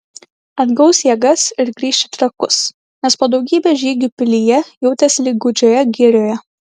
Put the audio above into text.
atgaus jėgas ir grįš į trakus nes po daugybės žygių pilyje jautėsi lyg gūdžioje girioje